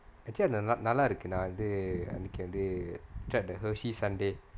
actually நல்லா இருக்கு நா வந்து அன்னைக்கு வந்து:nallaa irukku naa vanthu annaikku vanthu tried the Hershey sundae